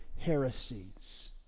heresies